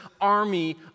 army